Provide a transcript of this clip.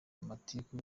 amatiku